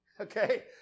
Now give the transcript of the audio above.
okay